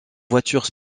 voitures